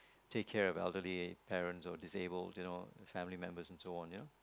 take care of elderly parents or disabled you know family members and so on you know